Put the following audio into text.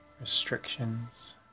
restrictions